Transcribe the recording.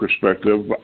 perspective